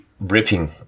ripping